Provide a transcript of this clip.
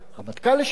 הרמטכ"ל לשעבר,